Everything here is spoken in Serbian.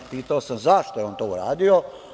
Pitao sam zašto je on to uradio?